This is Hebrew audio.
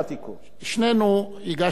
שנינו הגשנו מכרז,